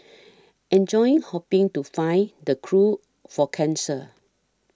enjoying hoping to find the cure for cancer